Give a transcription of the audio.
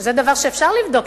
וזה דבר שאפשר לבדוק,